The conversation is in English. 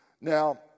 Now